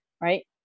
right